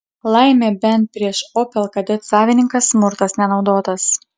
laimė bent prieš opel kadet savininką smurtas nenaudotas